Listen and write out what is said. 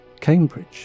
Cambridge